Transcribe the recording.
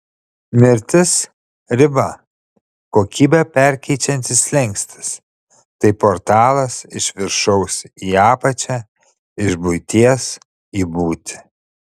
mirtis riba kokybę perkeičiantis slenkstis tai portalas iš viršaus į apačią iš buities į būtį